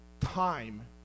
time